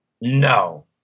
no